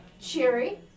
cheery